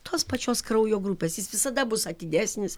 tos pačios kraujo grupės jis visada bus atidesnis